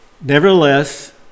Nevertheless